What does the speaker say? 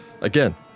Again